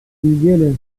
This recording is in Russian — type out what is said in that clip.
неделе